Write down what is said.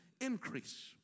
increase